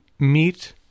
meet